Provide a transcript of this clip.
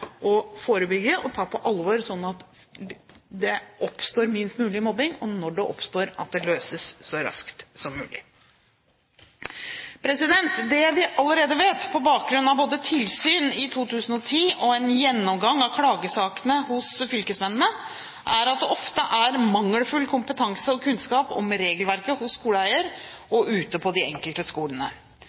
forebygge og ta på alvor, slik at det oppstår minst mulig mobbing, og når det oppstår, at det løses så raskt som mulig. Det vi allerede vet, på bakgrunn av både tilsyn i 2010 og en gjennomgang av klagesakene hos fylkesmennene, er at det ofte er mangelfull kompetanse og kunnskap om regelverket hos skoleeier og ute på de enkelte skolene.